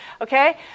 okay